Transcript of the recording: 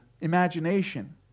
imagination